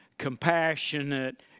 compassionate